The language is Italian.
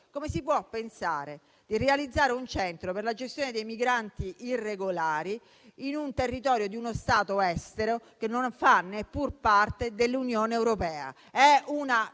Come si può pensare di realizzare un centro per la gestione dei migranti irregolari nel territorio di uno Stato estero che non fa neppure parte dell'Unione europea?